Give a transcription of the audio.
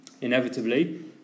Inevitably